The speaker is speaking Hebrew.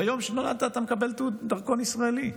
ביום שנולדת אתה מקבל דרכון ישראלי,